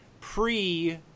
pre